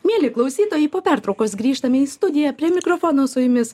mieli klausytojai po pertraukos grįžtame į studiją prie mikrofono su jumis